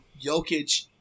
Jokic